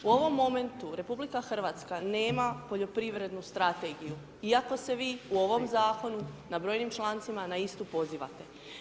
U ovom momentu RH nema poljoprivrednu strategiju iako se vi u ovom Zakonu na brojnim člancima na istu pozivate.